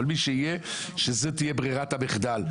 אבל מי שיהיה שזו תהיה ברירת מחדל.